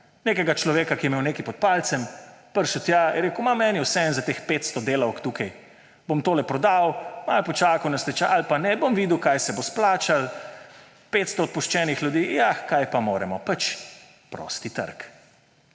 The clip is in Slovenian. nekega človeka, ki je imel nekaj pod palcem, prišel tja, je rekel, da mu je vseeno za teh 500 delavk tukaj, bo tole prodal, malo počakal na stečaj ali pa ne, bo videl, kaj se bo splačalo. 500 odpuščenih ljudi – ja, kaj pa moremo, pač, prosti trg.